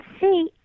see